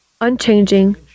unchanging